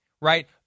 right